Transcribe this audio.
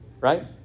right